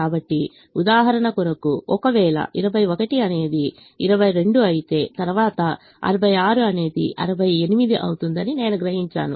కాబట్టి ఉదాహరణ కొరకు ఒకవేళ 21 అనేది 22 అయితే తరువాత 66 అనేది 68 అవుతుందని నేను గ్రహించాను